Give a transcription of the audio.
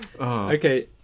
Okay